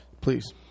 please